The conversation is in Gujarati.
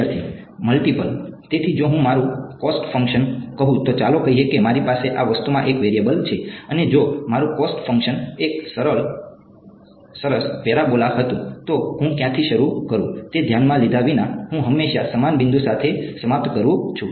વિદ્યાર્થી મલ્ટીપલ તેથી જો હું મારું કોસ્ટ ફંકશન કહું તો ચાલો કહીએ કે મારી પાસે આ વસ્તુમાં એક વેરિયેબલ છે અને જો મારું કોસ્ટ ફંકશન એક સરસ પેરાબોલા હતું તો હું ક્યાંથી શરૂ કરું છું તે ધ્યાનમાં લીધા વિના હું હંમેશા સમાન બિંદુ સાથે સમાપ્ત કરું છું